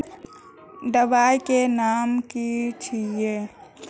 दबाई के नाम की छिए?